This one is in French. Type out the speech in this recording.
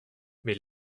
mais